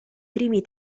primi